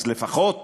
אז לפחות,